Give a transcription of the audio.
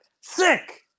sick